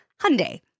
Hyundai